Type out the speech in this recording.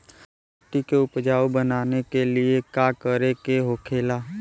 मिट्टी के उपजाऊ बनाने के लिए का करके होखेला?